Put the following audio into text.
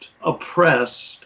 oppressed